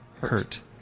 Hurt